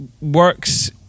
works